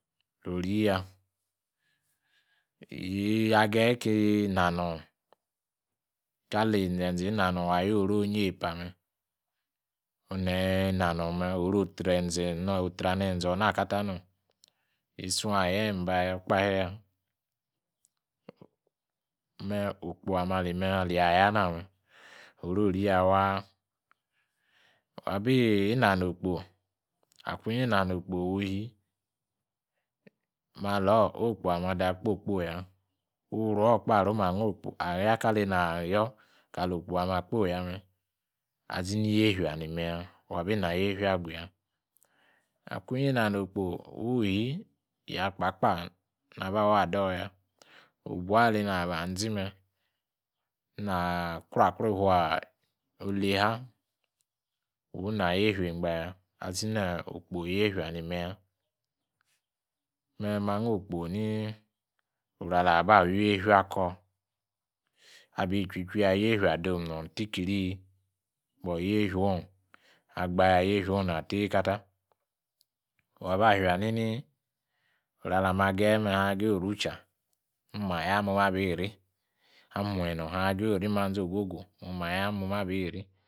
Onya yiiee ya gaye kii na nang ka li inzeze ina nong ayi oru onyi epa me onu neyi ina nong me oruo trenze no tranenze na ka ta nom yi tsung etaa embe okpale ya me okpo ame ali me nayi aya na me orori ya wa wa biyi na nokpo maku nyi ina nokpo wu shi malor awu okpo ame adei a'kpokposi ya uruokpa ramu aya kilieini wokpo ame adakposi kpos ya me. Azini yefia ni me ya wabi ina yefia agu ya. Ma kunyi na nokpo wuu shi yakpakpa na ba waa dor ya! wobuo elei ni anzi me ina kruakrua itua olei ha wu na yefia eingba ya. Azi na okpo yefia ni me ya me ma'ngo okponi oru ala baa weifia koor abi chui chui ya yefia adom nang tikiru, but yefia ong, agba ya-yefia ong ina tei kata. Koor aba fia nini, oru alami agaye me ahang agayo rucha, mo ma ya, ahin amuanyi nong ahin ageye orinanzi ogwo gwu, mo maya ma monii ri